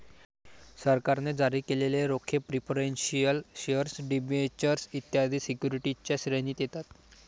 सरकारने जारी केलेले रोखे प्रिफरेंशियल शेअर डिबेंचर्स इत्यादी सिक्युरिटीजच्या श्रेणीत येतात